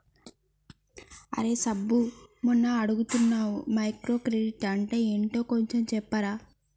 రేయ్ సబ్బు మొన్న అడుగుతున్నానా మైక్రో క్రెడిట్ అంటే ఏంటో కొంచెం చెప్పరా